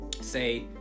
say